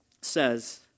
says